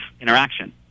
interaction